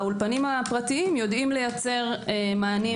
האולפנים הפרטיים יודעים לייצר מענים